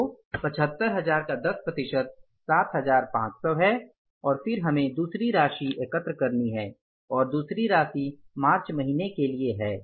तो 75000 का 10 प्रतिशत 750० है और फिर हमें दूसरी राशि एकत्र करनी है और दूसरी राशि मार्च महीने के लिए है